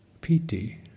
piti